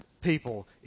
people